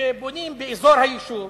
וכשבונים באזור היישוב,